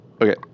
okay